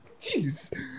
Jeez